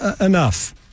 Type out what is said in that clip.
enough